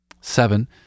Seven